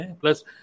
Plus